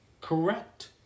correct